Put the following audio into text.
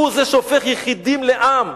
הוא זה שהופך יחידים לעם.